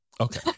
Okay